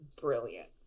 brilliant